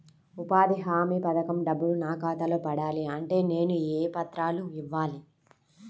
ఉపాధి హామీ పథకం డబ్బులు నా ఖాతాలో పడాలి అంటే నేను ఏ పత్రాలు ఇవ్వాలి?